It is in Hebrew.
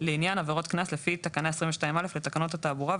לעניין עבירות קנס לפי תקנה 22(א) לתקנות התעבורה,